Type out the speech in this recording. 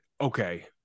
okay